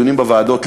בדיונים בוועדות,